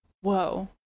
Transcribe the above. Whoa